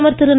பிரதமர் திரு